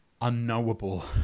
unknowable